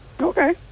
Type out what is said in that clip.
Okay